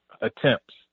attempts